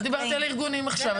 לא דיברתי על הארגונים עכשיו.